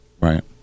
Right